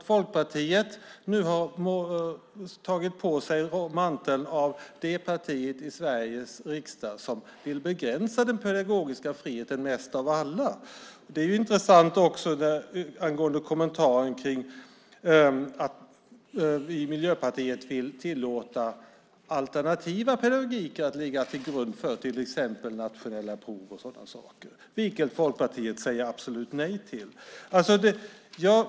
Folkpartiet har nu tagit på sig manteln som det parti i Sveriges riksdag som vill begränsa den pedagogiska friheten mest av alla. Det är också intressant angående kommentaren om att Miljöpartiet vill tillåta alternativ pedagogik att ligga till grund för till exempel nationella prov. Det säger Folkpartiet absolut nej till.